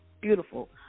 Beautiful